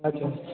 আচ্ছা